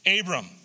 Abram